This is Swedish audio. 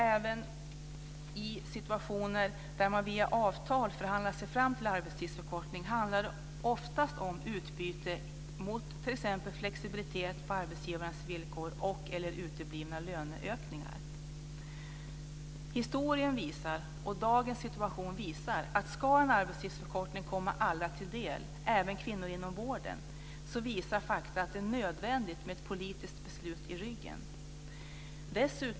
Även i situationer där man via avtal förhandlar sig fram till en arbetstidsförkortning handlar det oftast om utbyte mot t.ex. flexibilitet på arbetsgivarens villkor och/eller uteblivna löneökningar. Historien visar och dagens situation visar att ska en arbetstidsförkortning komma alla till del, även kvinnor inom vården, är det nödvändigt med ett politiskt beslut i ryggen.